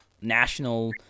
national